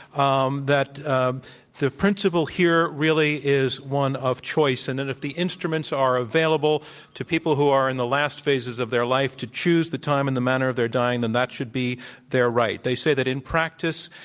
um that um the principal here really is one of choice and that if the instruments are available to people who are in the last phases of their life to choose the time and the manner of their dying, then that should be their right. they say that in practice,